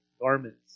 garments